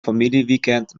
familieweekend